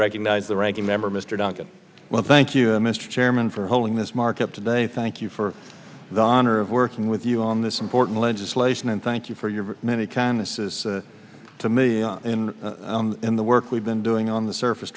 recognize the ranking member mr duncan well thank you mr chairman for holding this market today thank you for the honor of working with you on this important legislation and thank you for your many kindnesses to me and in the work we've been doing on the surface